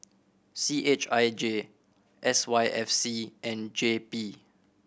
C H I J S Y F C and J P